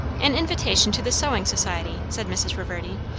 an invitation to the sewing society! said mrs. reverdy.